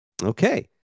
Okay